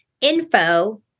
info